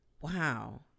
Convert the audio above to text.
Wow